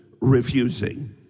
refusing